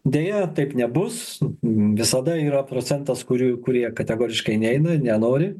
deja taip nebus visada yra procentas kurių kurie kategoriškai neina nenori